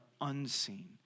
unseen